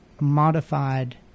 modified